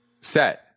set